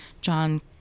John